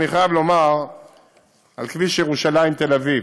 אני חייב לומר על כביש ירושלים תל אביב.